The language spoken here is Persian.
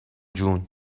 جون